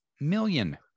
million